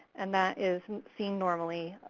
and that is seen normally.